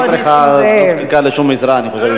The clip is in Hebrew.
אורלי לא צריכה, זקוקה, לשום עזרה, אני חושב.